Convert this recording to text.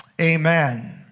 Amen